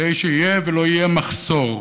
כדי שיהיה ולא יהיה מחסור.